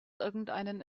irgendeinen